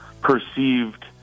perceived